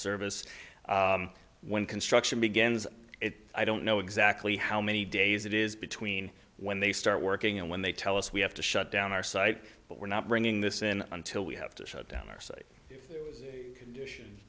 service when construction begins it i don't know exactly how many days it is between when they start working and when they tell us we have to shut down our site but we're not bringing this in until we have to shut down our site